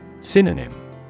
Synonym